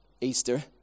Easter